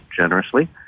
generously